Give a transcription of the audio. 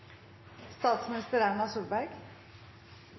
statsminister Erna Solberg